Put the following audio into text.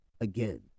again